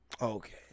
Okay